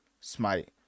Smite